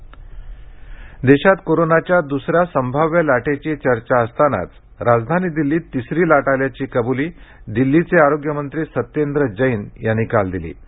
corona Delhi देशात कोरोनाच्या द्सर्याह संभाव्य लाटेची चर्चा असतानात राजधानी दिल्लीत तिसरी लाट आल्याची कब्ली दिल्लीचे आरोग्यमंत्री सत्येंद्र जैन यांनी काल दिली